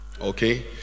okay